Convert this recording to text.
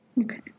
Okay